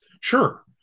Sure